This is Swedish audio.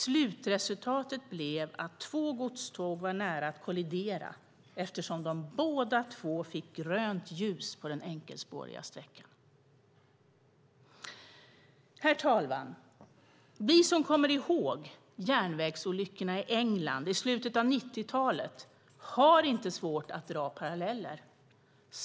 Slutresultatet blev att två godståg var nära att kollidera eftersom de båda fick grönt ljus på den enkelspåriga sträckan. Herr talman! Vi som kommer ihåg järnvägsolyckorna i England i slutet av 1990-talet har inte svårt att dra paralleller.